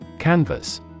canvas